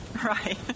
right